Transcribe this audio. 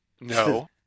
No